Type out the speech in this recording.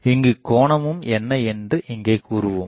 இங்குக் கோணமும் என்ன என்று இங்கே கூறுவோம்